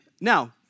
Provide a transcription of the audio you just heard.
Now